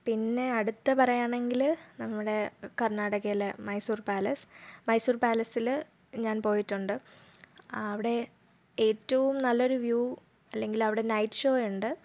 പിന്നെ അടുത്തത് പറയുകയാണെങ്കിൽ നമ്മുടെ കർണ്ണാടകയിലെ മൈസൂർ പാലസ് മൈസൂർ പാലസിൽ ഞാൻ പോയിട്ടുണ്ട് അവിടെ ഏറ്റവും നല്ലൊരു വ്യു അല്ലെങ്കിൽ അവിടെ നൈറ്റ് ഷോ ഉണ്ട്